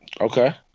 Okay